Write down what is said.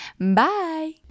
bye